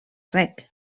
reg